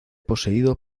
poseído